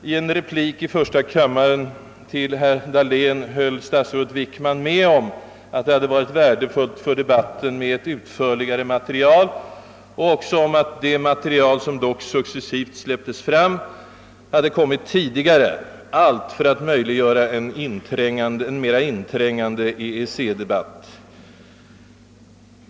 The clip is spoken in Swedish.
I en replik i första kammaren till herr Dahlén höll statsrådet Wickman med om att det hade varit värdefullt för debatten med ett utförligare material och att det hade varit bra om det material, som dock släpptes fram, hade kommit tidigare — allt för att möjliggöra en mera inträngande EEC-debatt.